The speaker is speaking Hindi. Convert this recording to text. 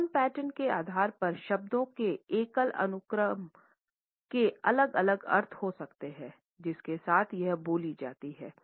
टोन पैटर्न के आधार पर शब्दों के एकल अनुक्रम के अलग अलग अर्थ हो सकते हैं जिसके साथ यह बोली जाती है